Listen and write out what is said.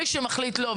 מי שמחליט לא,